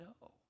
no